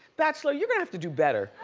bachelor, you're gonna have to do better,